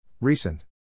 Recent